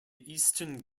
eastern